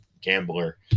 gambler